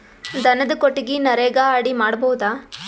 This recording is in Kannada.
ದನದ ಕೊಟ್ಟಿಗಿ ನರೆಗಾ ಅಡಿ ಮಾಡಬಹುದಾ?